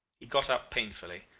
he got up painfully,